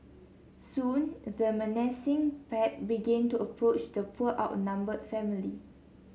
soon the menacing pack began to approach the poor outnumbered family